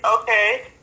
okay